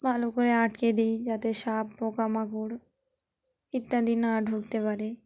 ভালো করে আটকে দিই যাতে সাপ পোকামাকড় ইত্যাদি না ঢুকতে পারে